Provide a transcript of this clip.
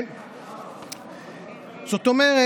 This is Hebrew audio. אני רוצה